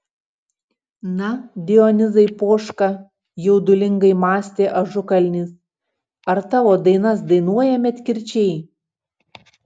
na dionizai poška jaudulingai mąstė ažukalnis ar tavo dainas dainuoja medkirčiai